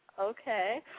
okay